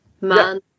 man